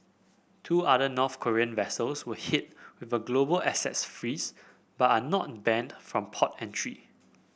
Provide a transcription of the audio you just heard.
two other North Korean vessels were hit with a global assets freeze but are not banned from port entry